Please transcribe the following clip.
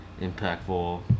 impactful